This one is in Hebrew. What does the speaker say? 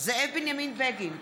זאב בנימין בגין,